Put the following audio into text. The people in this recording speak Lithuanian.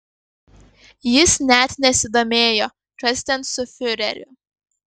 jis net nesidomėjo kas ten su fiureriu